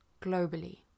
globally